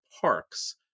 parks